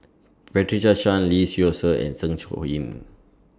Patricia Chan Lee Seow Ser and Zeng Shouyin